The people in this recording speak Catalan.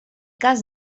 cas